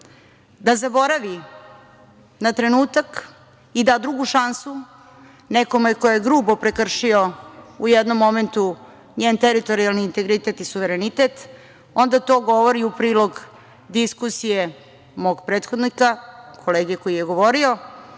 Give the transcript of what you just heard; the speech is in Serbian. da zaboravi na trenutak i da drugu šansu nekome ko je grubo prekršio u jednom momentu njen teritorijalni integritet i suverenitet, onda to govori u prilog diskusije mog prethodnika, kolege koji je govorio